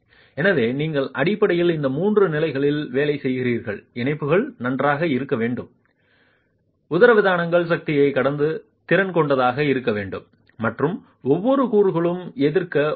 எனவே நீங்கள் அடிப்படையில் இந்த மூன்று நிலைகளில் வேலை செய்வீர்கள் இணைப்புகள் நன்றாக இருக்க வேண்டும் உதரவிதானம் சக்திகளை கடத்தும் திறன் கொண்டதாக இருக்க வேண்டும் மற்றும் ஒவ்வொரு கூறுகளும் எதிர்க்க முடியும்